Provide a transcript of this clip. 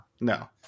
No